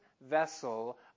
vessel